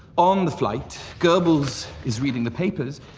on the flight, goebbels is reading the papers,